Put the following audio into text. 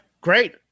great